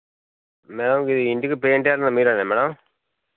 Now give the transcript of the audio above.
madam ఇది ఈ ఇంటికి పెయింట్ వేయాలి అన్నది మీరేనా మేడం